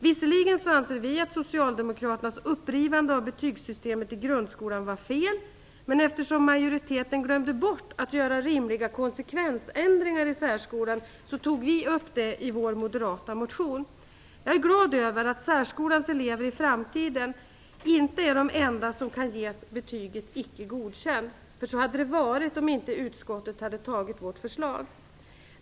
Visserligen anser vi att Socialdemokraternas upprivande av betygssystemet i grundskolan var fel, men eftersom majoriteten glömde bort att göra rimliga konsekvensändringar i särskolan tog vi upp det i vår moderata motion. Jag är glad över att särskolans elever i framtiden inte är de enda som kan ges betyget Icke godkänd. Så hade det varit om utskottet inte hade antagit vårt förslag.